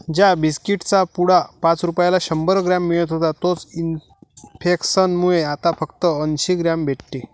ज्या बिस्कीट चा पुडा पाच रुपयाला शंभर ग्राम मिळत होता तोच इंफ्लेसन मुळे आता फक्त अंसी ग्राम भेटते